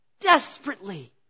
Desperately